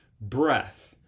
breath